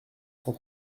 cent